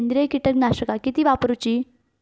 सेंद्रिय कीटकनाशका किती वापरूची?